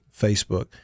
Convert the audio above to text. Facebook